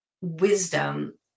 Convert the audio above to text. wisdom